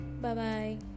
Bye-bye